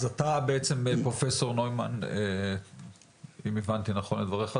אז אתה בעצם אם הבנתי נכון את דבריך,